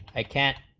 i can't